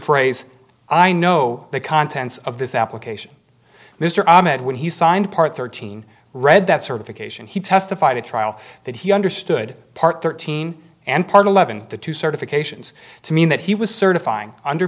phrase i know the contents of this application mr ahmed when he signed part thirteen read that certification he testified at trial that he understood part thirteen and part eleven the two certifications to mean that he was certifying under